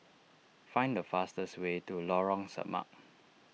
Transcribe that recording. find the fastest way to Lorong Samak